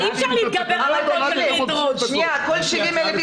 אמרת על כל 70,000,